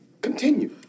continue